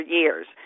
years